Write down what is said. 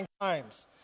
times